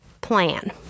plan